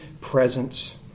presence